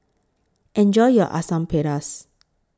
Enjoy your Asam Pedas